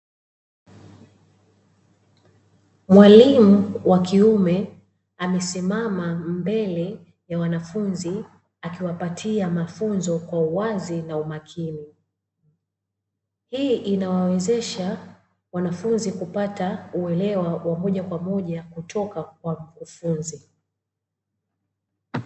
Mwalimu wa kiume amesimama mbele ya wanafunzi akiwapatia mafunzo kwa uwazi na umakini. Hii inawawezesha wanafunzi kupata uelewa wa moja kwa moja kutoka kwa mkufunzi.